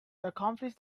accomplish